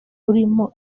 burimo